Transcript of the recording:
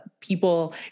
people